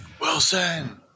wilson